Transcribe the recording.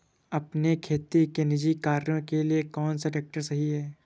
अपने खेती के निजी कार्यों के लिए कौन सा ट्रैक्टर सही है?